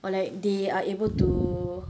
or like they are able to